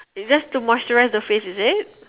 it's just to moisturized the face is it